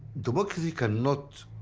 democracy cannot